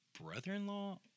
brother-in-law